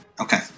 Okay